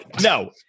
No